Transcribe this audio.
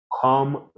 come